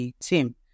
team